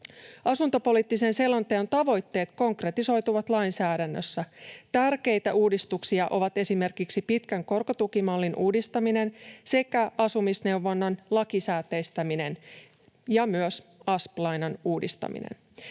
Asuntopoliittisen selonteon tavoitteet konkretisoituvat lainsäädännössä. Tärkeitä uudistuksia ovat esimerkiksi pitkän korkotukimallin uudistaminen sekä asumisneuvonnan lakisääteistäminen ja myös asp-lainan uudistaminen.